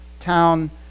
town